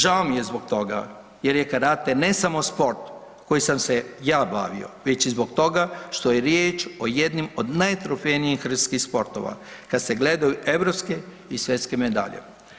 Žao mi je zbog toga jer je karate ne samo sport kojim sa se ja bavio, već i zbog toga što je riječ o jednom od najtrofejnijih hrvatskih sportova kada se gledaju europske i svjetske medalje.